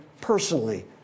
personally